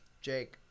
Jake